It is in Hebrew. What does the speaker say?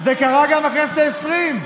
זה קרה גם בכנסת העשרים.